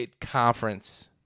conference